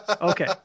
Okay